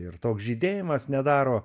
ir toks žydėjimas nedaro